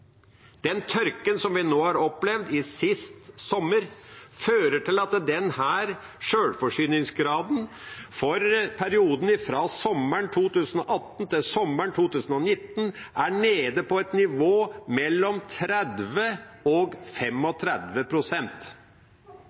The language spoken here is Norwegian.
Den tørken som vi opplevde sist sommer, fører til at sjølforsyningsgraden for perioden fra sommeren 2018 til sommeren 2019 er nede på et nivå